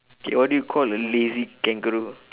K what you call a lazy kangaroo